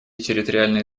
территориальной